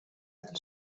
del